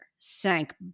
sank